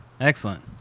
Excellent